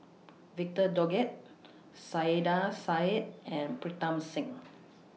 Victor Doggett Saiedah Said and Pritam Singh